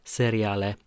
seriale